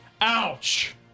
Ouch